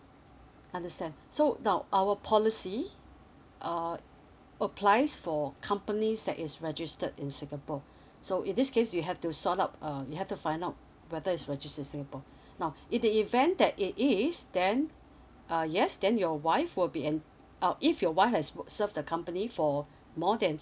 understand so now our policy uh applies for companies that is registered in singapore so in this case you have to sort out uh you have to find out whether is registered in singapore now in the event that it is then uh yes then your wife will be en~ uh if your wife as would serve the company for more than